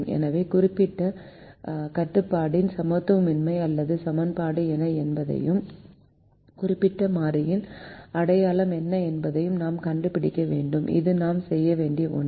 எனவே குறிப்பிட்ட கட்டுப்பாட்டின் சமத்துவமின்மை அல்லது சமன்பாடு என்ன என்பதையும் குறிப்பிட்ட மாறியின் அடையாளம் என்ன என்பதையும் நாம் கண்டுபிடிக்க வேண்டும் இது நாம் செய்ய வேண்டிய ஒன்று